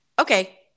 okay